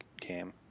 game